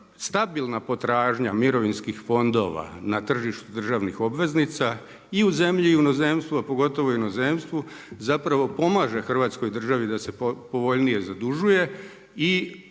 stabilna potražnja mirovinskih fondova na tržištu državnih obveznica i u zemlji i u inozemstvu, a pogotovo u inozemstvu zapravo pomaže Hrvatskoj državi da se povoljnije zadužuje i